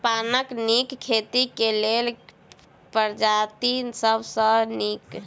पानक नीक खेती केँ लेल केँ प्रजाति सब सऽ नीक?